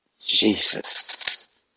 Jesus